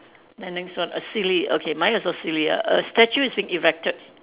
then next one a silly okay mine also silly a a statue is being erected